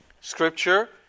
Scripture